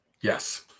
Yes